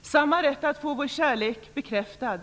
och samma rätt att få vår kärlek bekräftad.